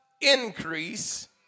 increase